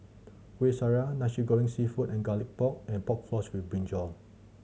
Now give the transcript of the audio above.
Kuih Syara Nasi Goreng Seafood and Garlic Pork and Pork Floss with brinjal